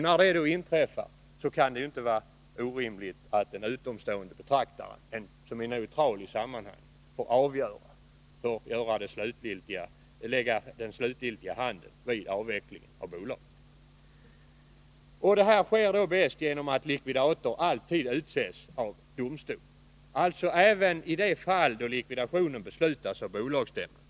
När det då inträffar, så kan det inte vara orimligt att en utomstående betraktare, som är neutral i sammanhanget, får göra den slutliga bedömningen vid avvecklingen av bolaget. Detta sker bäst genom att likvidator alltid utses av domstol, alltså även i de fall då likvidationen beslutas av bolagsstämma.